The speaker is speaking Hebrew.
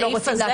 בסעיף הזה?